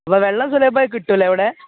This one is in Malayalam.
അപ്പം വെള്ളം സുലഭമായി കിട്ടുമല്ലേ അവിടെ